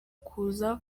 kuza